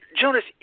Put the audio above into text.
Jonas